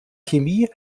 chemie